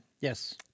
Yes